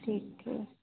ठीक ठी